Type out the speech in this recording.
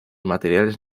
materiales